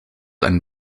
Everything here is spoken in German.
ein